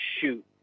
shoot